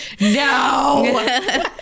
No